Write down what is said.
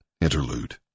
Interlude